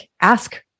ask